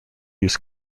use